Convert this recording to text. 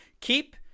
keep